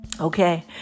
Okay